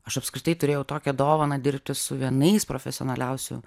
aš apskritai turėjau tokią dovaną dirbti su vienais profesionaliausių